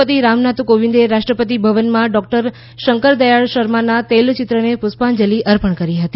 રાષ્ટ્રપતિ રામનાથ કોવિંદે રાષ્ટ્રપતિ ભવનમાં ડોકટર શંકરદયાળ શર્માના તૈલચિત્રને પુષ્પાંજલી અર્પણ કરી હતી